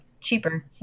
cheaper